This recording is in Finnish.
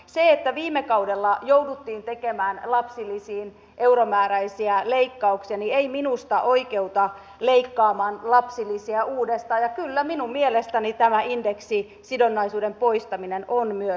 se että viime kaudella jouduttiin tekemään lapsilisiin euromääräisiä leikkauksia ei minusta oikeuta leikkaamaan lapsilisiä uudestaan ja kyllä minun mielestäni tämä indeksisidonnaisuuden poistaminen on myös leikkaus